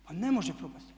Pa ne može propasti.